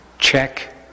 check